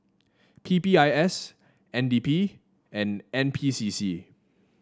P P I S N D P and N P C C